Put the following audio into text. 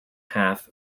half